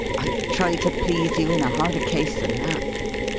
i'd try to please you in a harder case than that.